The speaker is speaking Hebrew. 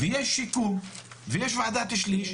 ויש שיקום ויש ועדת שליש,